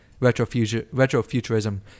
retrofuturism